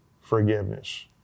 forgiveness